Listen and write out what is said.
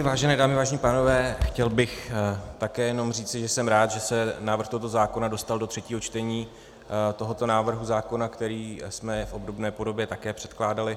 Vážené dámy, vážení pánové, chtěl bych také jenom říci, že jsem rád, že se návrh tohoto zákona dostal do třetího čtení tohoto návrhu zákona, který jsme v obdobné podobě také předkládali.